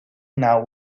now